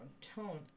tone